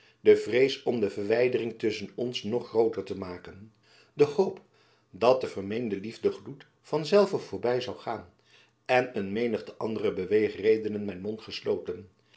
de vrees om de verwijdering tusschen ons nog grooter te maken de hoop dat de vermeende liefdegloed van zelven voorby zoû gaan en een menigte andere beweegredenen mijn mond gesloten